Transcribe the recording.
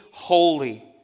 holy